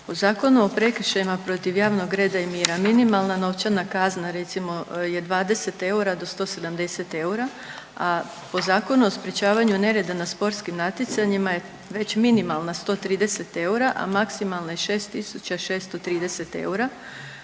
U Zakonu o prekršajima protiv javnog reda i mira minimalna novčana kazna recimo je 20 eura do 170 eura, a po Zakonu o sprječavanju nereda na sportskim natjecanjima je već minimalna 130 eura, a maksimalna je 6.630 eura